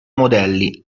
modelli